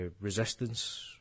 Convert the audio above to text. Resistance